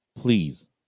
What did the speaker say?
please